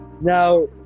Now